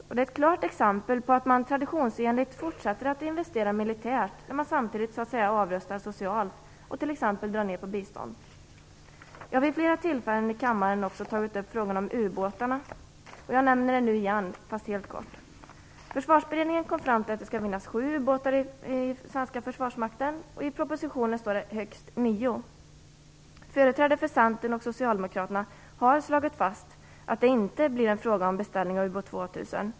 Det är ett tydligt exempel på att man traditionsenligt fortsätter att investera militärt, samtidigt som man avrustar socialt och t.ex. drar ner på biståndet. Jag har vid flera tillfällen i denna kammare tagit upp frågan om ubåtarna. Jag gör det nu också, men helt kort. Försvarsberedningen kom fram till att det skall finnas sju ubåtar i den svenska försvarsmakten. I propositionen står det högst nio. Företrädare för Centern och Socialdemokraterna har slagit fast att det inte blir fråga om en beställning av Ubåt 2000.